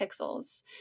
pixels